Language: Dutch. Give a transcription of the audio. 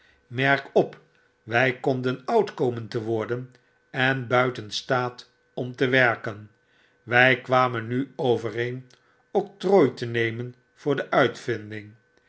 merk op wy konden oud komen te worden en buiten staat om te werken wjj kwamen nu overeen octrooi te nemen voorde uitvinding